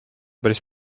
päris